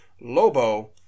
Lobo